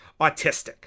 autistic